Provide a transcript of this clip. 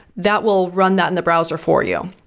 that will run that in the browser for you.